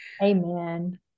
Amen